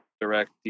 direct